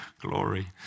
Glory